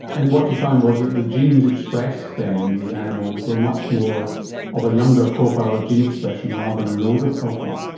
and what you found was that the genes expressed then in these animals were much more of a younger profile of gene expression rather than an older profile.